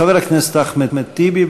חבר הכנסת אחמד טיבי,